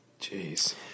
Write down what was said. Jeez